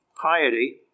piety